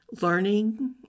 learning